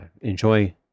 enjoy